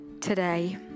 today